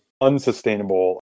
unsustainable